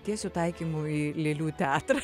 tiesiu taikymu į lėlių teatrą